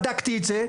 בדקתי את זה,